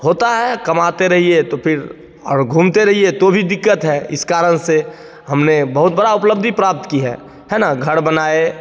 होता है कमाते रहिए तो फिर और घूमते रहिए तो भी दिक़्क़त है इस कारण से हमने बहुत बड़ा उपलब्धि प्राप्त की है है ना घर बनाए